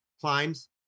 climbs